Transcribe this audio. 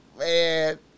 man